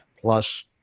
Plus